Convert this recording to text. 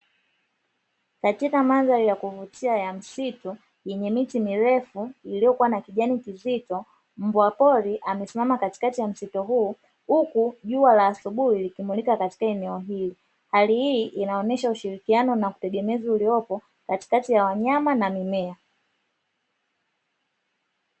Katika mandhari ya kuvutia ya msitu yenye miti mirefu iliyokuwa na kijani kizito, mbwa pori amesimama katikati ya msitu huu, huku jua la asubuhi likimulika katika eneo hili. Hali hii inaonesha ushirikiano na utegemezi uliopo katikati ya wanyama na mimea.